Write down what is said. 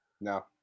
no